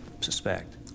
suspect